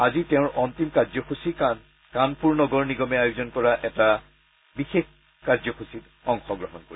আজি তেওঁৰ অন্তিম কাৰ্যসূচী কানপুৰ নগৰ নিগমে আয়োজন কৰা এটা বিশেষ কাৰ্যসূচীত অংশগ্ৰহণ কৰিব